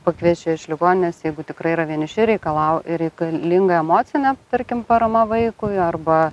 pakviečia iš ligoninės jeigu tikrai yra vieniši reikalau reikalinga emocinė tarkim parama vaikui arba